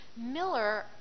Miller